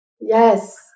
yes